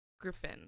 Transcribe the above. Griffin